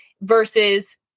versus